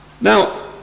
Now